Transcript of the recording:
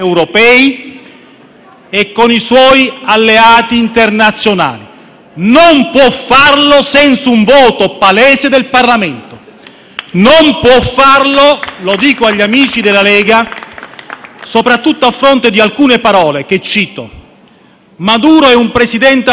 e con i suoi alleati internazionali: non può farlo senza un voto palese del Parlamento. *(Applausi dal Gruppo FdI)*. Non può farlo - lo dico agli amici della Lega - soprattutto a fronte di alcune parole, che cito: «Maduro è un presidente abusivo.